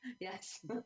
Yes